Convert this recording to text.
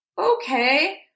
Okay